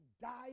die